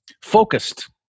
focused